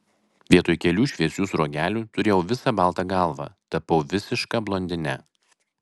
vietoj kelių šviesių sruogelių turėjau visą baltą galvą tapau visiška blondine